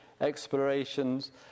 explorations